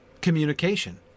communication